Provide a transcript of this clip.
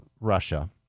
Russia